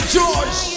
George